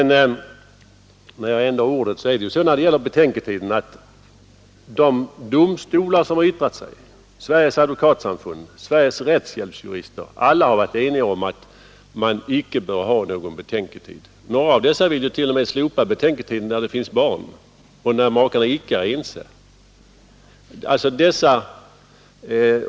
När jag ändå har ordet vill jag påpeka att flera av de domstolar som har yttrat sig och även Sveriges advokatsamfund och Sveriges rättshjälpsjurister varit eniga om att betänketid inte borde ifrågakomma. Några av dem vill t.o.m. slopa betänketiden när det finns barn och när makarna icke är ense.